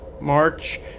March